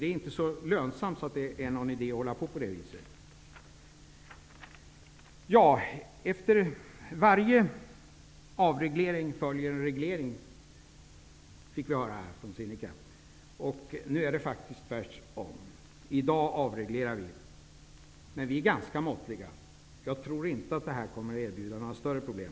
Det är inte så lönsamt att det är någon idé att hålla på så. Efter varje avreglering följer en reglering, fick vi höra här från Sinikka Bohlin. Men nu är det faktiskt tvärtom. I dag avreglerar vi. Men vi är ganska måttliga. Jag tror inte att detta kommer att erbjuda några större problem.